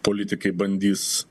politikai bandys